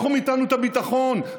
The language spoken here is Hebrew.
לקחו מאיתנו את הביטחון,